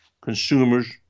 consumers